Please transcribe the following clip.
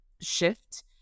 shift